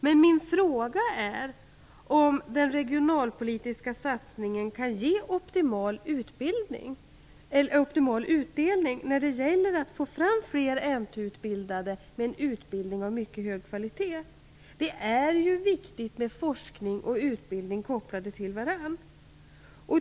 Men min fråga gäller om den regionalpolitiska satsningen kan ge optimal utdelning när det gäller att få fram fler NT-utbildade av mycket hög kvalitet. Det är ju viktigt att forskning och utbildning är kopplade till varandra.